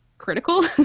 critical